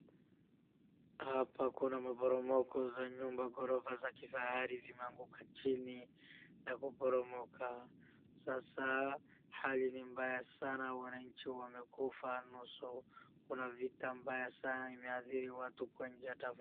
Hapa kuna maporomoko zaa nyumba, gorofa za kifahari zimeanguka chini na kuporomoka. Sasa hali ni mbaya sana wananchi wamekufa nusu, kuna vita mbaya sana imeadhiri watu kwa njia tofauti.